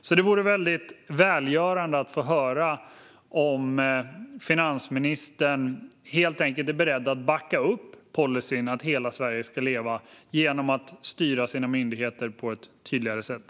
Det vore alltså väldigt välgörande att få höra om finansministern är beredd att backa upp policyn att hela Sverige ska leva genom att styra sina myndigheter på ett tydligare sätt.